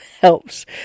helps